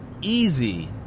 easy